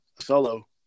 solo